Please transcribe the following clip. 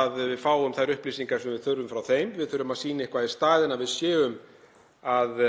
að við fáum þær upplýsingar sem við þurfum frá þeim. Við þurfum að sýna eitthvað í staðinn, að við séum að